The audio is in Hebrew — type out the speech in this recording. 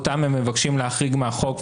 אותן הם מבקשים להחריג מהחוק,